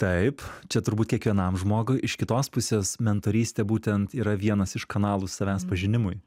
taip čia turbūt kiekvienam žmogui iš kitos pusės mentorystė būtent yra vienas iš kanalų savęs pažinimui